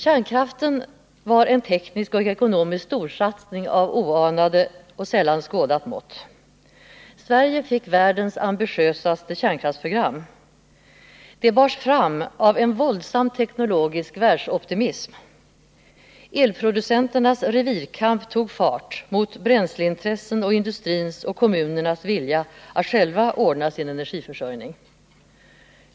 Kärnkraften var en teknisk och ekonomisk storsatsning av sällan skådat mått. Sverige fick världens ambitiösaste kärnkraftsprogram. Det bars fram av en våldsam teknologisk världsoptimism. Elproducenternas revirkamp tog fart mot bränsleintressena och industrins och kommunernas vilja att själva ordna sin energiförsörjning.